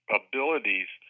abilities